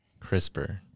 CRISPR